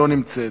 לא נמצאת.